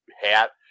hat